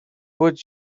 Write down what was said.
would